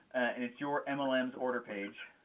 and it's your mlm's order page.